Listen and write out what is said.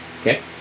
Okay